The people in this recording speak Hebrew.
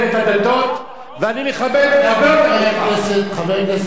ואני מכבד הרבה יותר ממך.